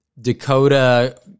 Dakota